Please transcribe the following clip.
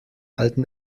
alten